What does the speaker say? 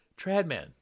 Tradman